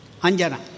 Anjana